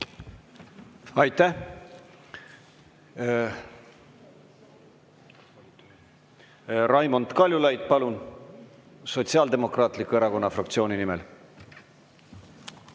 Aitäh! Raimond Kaljulaid, palun, Sotsiaaldemokraatliku Erakonna fraktsiooni nimel!